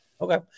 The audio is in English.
Okay